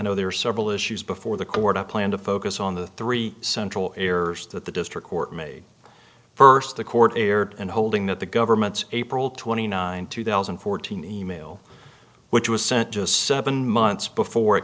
know there are several issues before the court i plan to focus on the three central errors that the district court made first the court erred in holding that the government's april twenty ninth two thousand and fourteen email which was sent just seven months before it